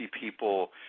people